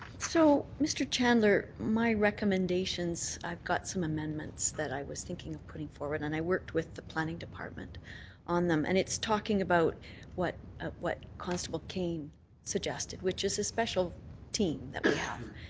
so mr. chandler, my recommendations, i've got some amendments that i was thinking of putting forward and i worked with the planning department on them. and it's talking about what ah what constable cane suggested, which is a special team that we have.